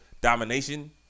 domination